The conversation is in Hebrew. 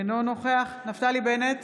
אינו נוכח נפתלי בנט,